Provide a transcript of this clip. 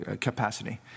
capacity